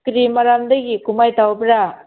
ꯀꯔꯤ ꯃꯔꯝꯗꯒꯤ ꯀꯨꯝꯍꯩ ꯇꯧꯕ꯭ꯔꯥ